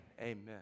Amen